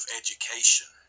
education